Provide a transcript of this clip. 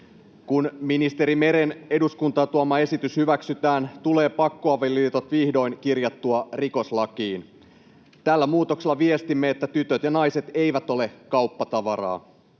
Kun ministeri Meren eduskuntaan tuoma esitys hyväksytään, tulee pakkoavioliitot vihdoin kirjattua rikoslakiin. Tällä muutoksella viestimme, että tytöt ja naiset eivät ole kauppatavaraa.